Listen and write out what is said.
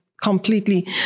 completely